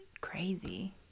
crazy